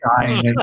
dying